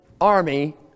army